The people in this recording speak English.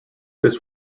this